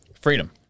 Freedom